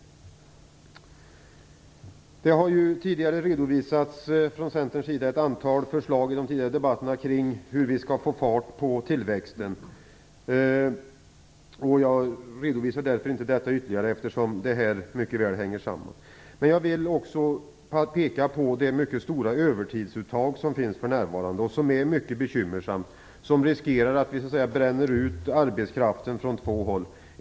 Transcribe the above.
Centern har i tidigare debatter redovisat ett antal förslag till hur vi skall få fart på tillväxten. Jag redovisar därför inte detta ytterligare. Jag vill peka på det mycket stora övertidsuttag som finns för närvarande och som är mycket bekymmersamt. Risken är att vi så att säga bränner ut arbetskraften från två håll.